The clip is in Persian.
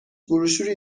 بروشوری